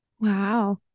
Wow